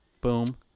Boom